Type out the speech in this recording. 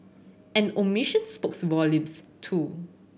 an omission spokes volumes too